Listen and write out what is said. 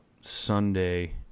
sunday